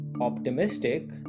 optimistic